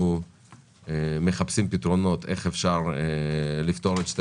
אנחנו בודקים איך אפשר לפתור את שתי